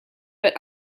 but